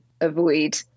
avoid